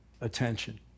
attention